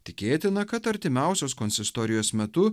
tikėtina kad artimiausios konsistorijos metu